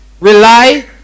rely